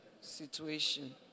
situation